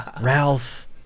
ralph